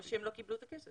או שהם לא קיבלו את הכסף.